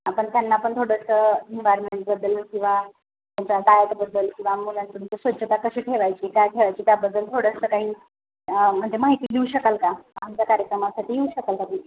आपण त्यांनापण थोडंसं इन्वायर्मेंटबद्दल किंवा त्यांच्या डायटबद्दल किंवा मुलांचं त्याची स्वच्छता कशी ठेवायची काय ठेवायची त्याबद्दल थोडंसं काही म्हणजे माहिती देऊ शकाल का आमच्या कार्यक्रमासाठी येऊ शकाल तुम्ही